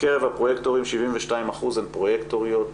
מקרב הפרוייקטורים, 72% הן פרוייקטוריות.